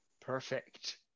perfect